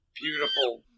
Beautiful